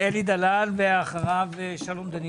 חבר הכנסת אלי דלל ואחריו שלום דנינו.